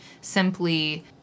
simply